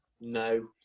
no